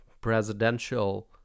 presidential